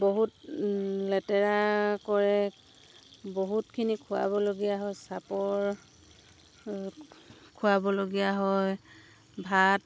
বহুত লেতেৰা কৰে বহুতখিনি খোৱাবলগীয়া হয় চাপৰ খোৱাবলগীয়া হয় ভাত